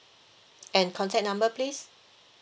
and contact number please